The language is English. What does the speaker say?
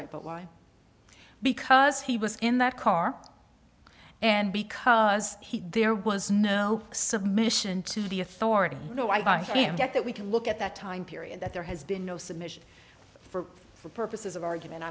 right but why because he was in that car and because he there was no submission to the authority no i by him get that we can look at that time period that there has been no submission for for purposes of argument